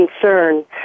concern